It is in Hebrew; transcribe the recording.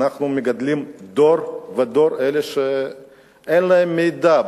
אנחנו מגדלים דור שאין לו מידע.